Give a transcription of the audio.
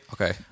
okay